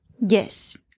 yes